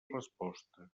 resposta